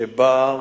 שבאה,